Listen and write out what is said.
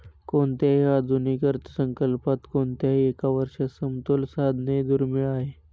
कोणत्याही आधुनिक अर्थसंकल्पात कोणत्याही एका वर्षात समतोल साधणे दुर्मिळ आहे